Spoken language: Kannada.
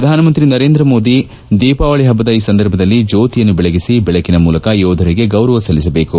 ಪ್ರಧಾನ ಮಂತ್ರಿ ನರೇಂದ್ರ ಮೋದಿ ದೀಪಾವಳಿ ಹಬ್ಬದ ಈ ಸಂದರ್ಭದಲ್ಲಿ ಜ್ಯೋತಿಯನ್ನು ಬೆಳಗಿಸಿ ಬೆಳಕಿನ ಮೂಲಕ ಯೋಧರಿಗೆ ಗೌರವ ಸಲ್ಲಿಸಬೇಕು